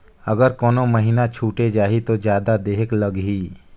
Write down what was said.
अगर कोनो महीना छुटे जाही तो जादा देहेक लगही?